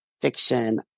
fiction